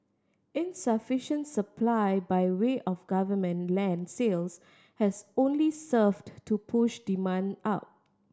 insufficient supply by way of government land sales has only served to push demand up